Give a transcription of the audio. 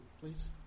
please